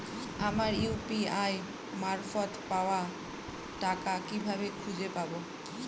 আমার ইউ.পি.আই মারফত পাওয়া টাকা কিভাবে খুঁজে পাব?